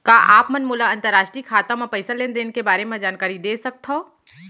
का आप मन मोला अंतरराष्ट्रीय खाता म पइसा लेन देन के बारे म जानकारी दे सकथव?